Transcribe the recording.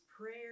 prayer